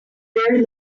very